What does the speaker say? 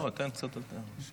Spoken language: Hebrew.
אפשר קצת יותר.